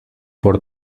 por